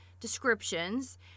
descriptions